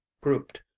grouped